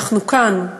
אנחנו כאן.